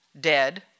dead